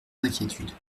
inquiétudes